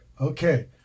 Okay